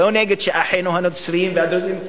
אני לא נגד אחינו הנוצרים והדרוזים,